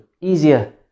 Easier